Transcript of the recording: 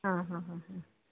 ആ ഹ ഹ ഹ